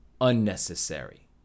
unnecessary